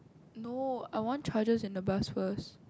no I want charger in the bus first